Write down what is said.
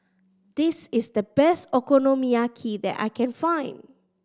this is the best Okonomiyaki that I can find